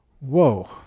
Whoa